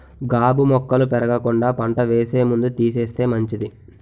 గాబు మొక్కలు పెరగకుండా పంట వేసే ముందు తీసేస్తే మంచిది